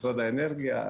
משרד האנרגיה,